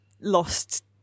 lost